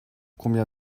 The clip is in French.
combien